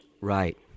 right